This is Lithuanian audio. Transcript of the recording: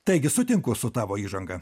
taigi sutinku su tavo įžanga